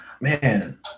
man